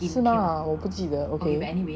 我不知道啊我不记得